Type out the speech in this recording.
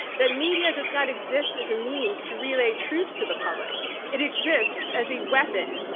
that media does not exist as a means to relay truth to the public it exists as a weapon.